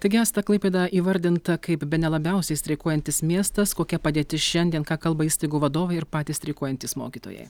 taigi asta klaipėda įvardinta kaip bene labiausiai streikuojantis miestas kokia padėtis šiandien ką kalba įstaigų vadovai ir patys streikuojantys mokytojai